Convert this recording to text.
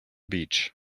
beach